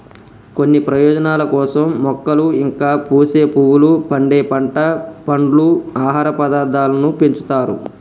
కొన్ని ప్రయోజనాల కోసం మొక్కలు ఇంకా పూసే పువ్వులు, పండే పంట, పండ్లు, ఆహార పదార్థాలను పెంచుతారు